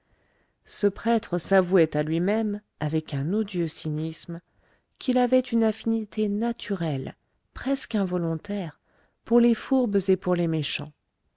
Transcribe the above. ce prêtre s'avouait à lui-même avec un odieux cynisme qu'il avait une affinité naturelle presque involontaire pour les fourbes et pour les méchants